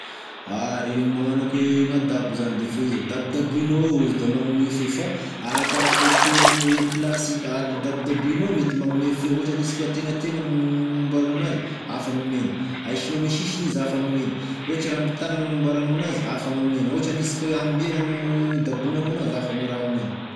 Ah regny magnano akô e adabo zany defa izy dabodabohinao eo izy da magnome feo fa arakaraky gne toeragne plasy ad- idabodabohanao mety magnome feo ohatry aniasika ategnategnany amboaranao anazy hafa gn'omeny aisinao ame sisiny izy hafa gn'omeny ohatry oe ramby tagna gn'agnamboaranao anazy hafa gn'omeny ohatry aniasika oe ambia gn- gn'andabohanao anazy hafa gny raha omeny.